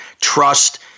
trust